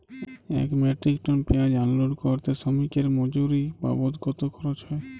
এক metric ton পেঁয়াজ unload করতে শ্রমিকের মজুরি বাবদ কত খরচ হয়?